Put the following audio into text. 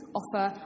offer